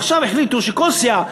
ועכשיו החליטו שכל סיעה,